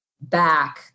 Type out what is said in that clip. back